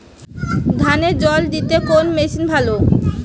ধানে জল দিতে কোন মেশিন ভালো?